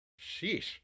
Sheesh